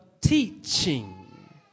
teaching